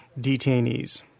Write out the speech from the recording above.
detainees